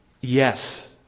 yes